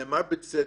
נאמר בצדק,